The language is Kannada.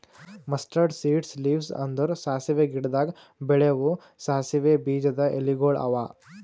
ಮಸ್ಟರಡ್ ಸೀಡ್ಸ್ ಲೀವ್ಸ್ ಅಂದುರ್ ಸಾಸಿವೆ ಗಿಡದಾಗ್ ಬೆಳೆವು ಸಾಸಿವೆ ಬೀಜದ ಎಲಿಗೊಳ್ ಅವಾ